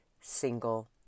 single